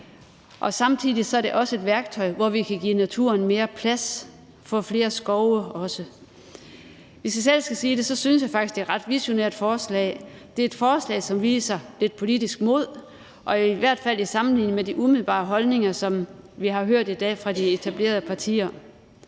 Samtidig er det et værktøj til at give naturen mere plads og også få flere skove. Hvis jeg selv skal sige det, synes jeg faktisk, det er et ret visionært forslag. Det er et forslag, som viser lidt politisk mod, i hvert fald ved en sammenligning med de umiddelbare holdninger, som vi har hørt i dag fra de etablerede partier.